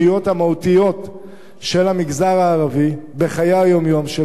המהותיות של המגזר הערבי בחיי היום-יום שלו,